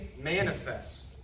manifest